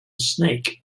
snake